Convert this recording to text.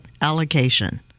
allocation